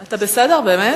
אתה בסדר באמת?